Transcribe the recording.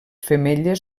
femelles